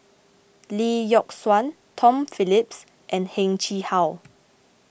Lee Yock Suan Tom Phillips and Heng Chee How